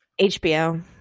HBO